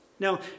Now